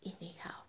anyhow